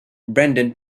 brendan